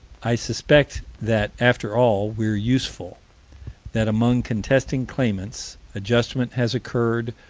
i suspect that, after all, we're useful that among contesting claimants, adjustment has occurred,